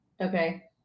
Okay